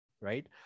right